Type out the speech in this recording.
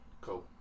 Cool